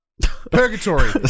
Purgatory